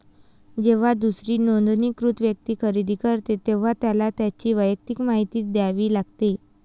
जेव्हा दुसरी नोंदणीकृत व्यक्ती खरेदी करते, तेव्हा त्याला त्याची वैयक्तिक माहिती द्यावी लागते